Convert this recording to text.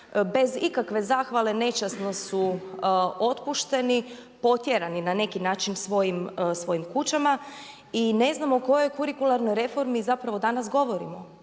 bez ikakve zahvale nečasno su otpušteni, potjerani na neki način svojim kućama i ne znamo o kojoj kurikularnoj reformi zapravo danas govorimo.